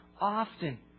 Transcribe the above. often